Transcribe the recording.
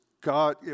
God